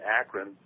Akron